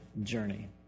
journey